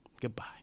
Goodbye